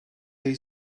ayı